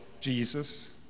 Jesus